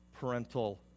Parental